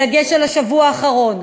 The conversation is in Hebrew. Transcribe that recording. בדגש על השבוע האחרון.